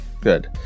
Good